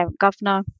governor